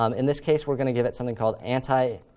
um in this case, we're going to give it something called antialiased,